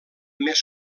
més